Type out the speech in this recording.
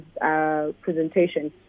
presentation